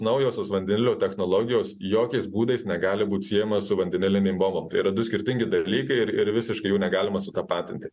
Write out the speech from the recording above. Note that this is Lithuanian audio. naujosios vandenilio technologijos jokiais būdais negali būti siejama su vandenilinėm bombom tai yra du skirtingi dalykai ir ir visiškai jų negalima sutapatinti